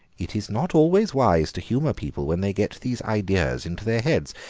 it is not always wise to humour people when they get these ideas into their heads.